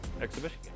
exhibition